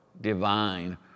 divine